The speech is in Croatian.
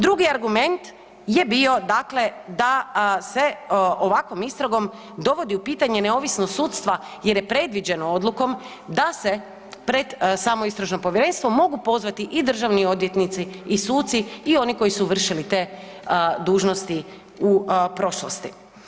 Drugi argument je bio dakle da se ovakvom istragom dovodi u pitanje neovisnost sudstva jer je predviđeno odlukom da se pred samo istražno povjerenstvo mogu pozvati i državni odvjetnici, i suci i oni koji su vršili te dužnosti u prošlosti.